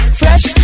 fresh